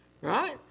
Right